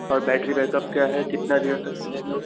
और battery backup क्या है कितना देर तक चलेगा